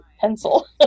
pencil